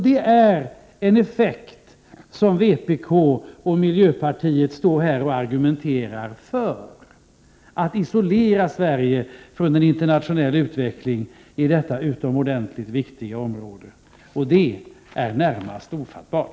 Det är en effekt som vpk och miljöpartiet står här och argumenterar för — dvs. att isolera Sverige från en internationell utveckling på detta utomordentligt viktiga område. Detta är närmast ofattbart!